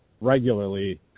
regularly